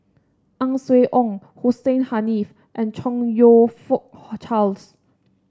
Ang Swee Aun Hussein Haniff and Chong You Fook Charles